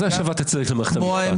מה זה השבת הצדק למערכת המשפט?